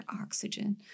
oxygen